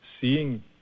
seeing